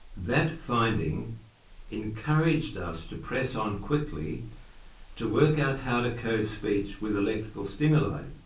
that finding encouraged us to press on quickly to work out how to code speech with electrical stimuli,